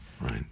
Right